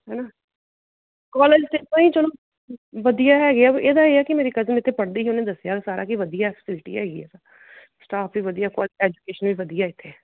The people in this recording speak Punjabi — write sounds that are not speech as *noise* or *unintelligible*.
ਹੈਨਾ ਕੌਲਜ ਤਾਂ *unintelligible* ਵਧੀਆ ਹੈਗੇ ਆ ਇਹਦਾ ਇਹ ਕਿ ਮੇਰੀ ਕਜ਼ਨ ਇੱਥੇ ਪੜ੍ਹਦੀ ਸੀ ਉਹਨੇ ਦੱਸਿਆ ਸਾਰਾ ਕਿ ਵਧੀਆ ਫੈਸਿਲਿਟੀ ਹੈਗੀ ਏ ਸਟਾਫ਼ ਵੀ ਵਧੀਆ *unintelligible* ਐਜੂਕੇਸ਼ਨ ਵੀ ਵਧੀਆ ਇੱਥੇ